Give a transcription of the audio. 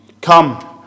Come